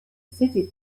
city